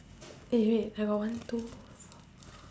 eh wait I got one two three four